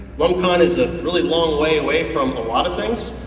lumcon is a really long way away from a lot of things,